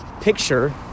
picture